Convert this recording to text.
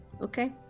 Okay